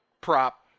prop